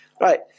right